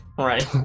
right